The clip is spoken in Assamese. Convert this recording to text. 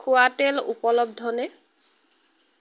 খোৱা তেল উপলব্ধনে